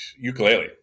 ukulele